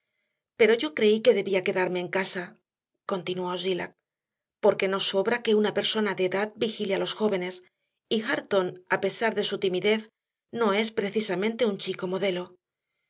pero yo creí que debía quedarme en casa continuó zillah porque no sobra que una persona de edad vigile a los jóvenes y hareton a pesar de su timidez no es precisamente un chico modelo